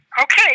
Okay